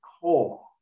core